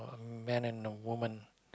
a man and a woman